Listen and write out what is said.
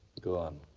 go on.